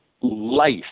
life